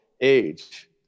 age